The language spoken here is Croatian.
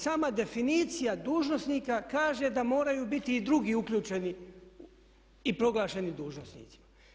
Sama definicija dužnosnika kaže da moraju biti i drugi uključeni i proglašeni dužnosnicima.